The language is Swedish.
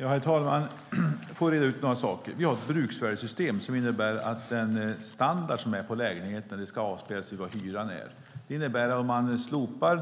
Herr talman! Först vill jag reda ut några saker. Vi har ett bruksvärdessystem som innebär att den standard det är på lägenheten ska avspeglas i vilken hyra det är. Om man slopar